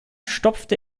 stopfte